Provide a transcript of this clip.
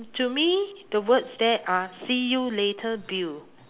to me the words there are see you later bill